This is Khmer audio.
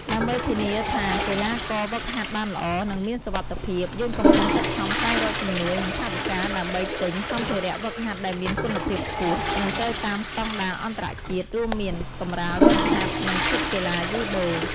ដើម្បីធានាថាកីឡាករហ្វឹកហាត់បានល្អ និងមានសុវត្ថិភាព យើងកំពុងខិតខំស្វែងរកជំនួយ និងថវិកា ដើម្បីទិញ សម្ភារៈហ្វឹកហាត់ដែលមានគុណភាពខ្ពស់ និងត្រូវតាមស្តង់ដារអន្តរជាតិរួមមាន កម្រាលហ្វឹកហាត់ និង ឈុតកីឡាយូដូ ។